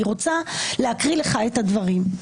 אני רוצה להקריא לך את הדברים: